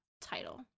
title